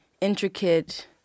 intricate